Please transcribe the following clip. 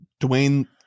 Dwayne